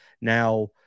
Now